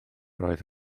roedd